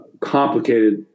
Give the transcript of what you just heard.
complicated